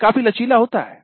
यह काफी लचीला होता है